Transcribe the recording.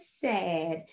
sad